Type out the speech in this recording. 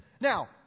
Now